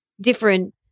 different